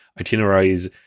itineraries